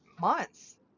months